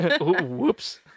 whoops